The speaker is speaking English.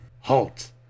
Halt